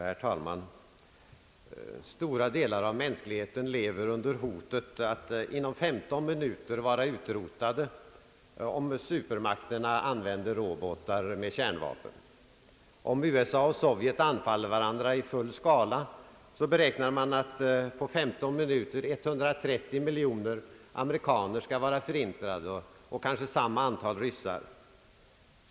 Herr talman! Stora delar av mänskligheten lever under hotet att inom femton minuter vara utrotade, om supermakterna använder robotar med kärnvapenladdningar. Om USA och Sovjet anfaller varandra i full skala, beräknar man att 130 miljoner amerikaner skall förintas inom femton minuter och kanske samma antal ryssar.